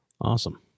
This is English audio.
awesome